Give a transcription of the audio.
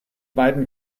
beiden